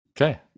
Okay